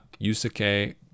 Yusuke